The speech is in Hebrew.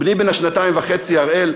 בני בן השנתיים וחצי הראל,